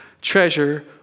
treasure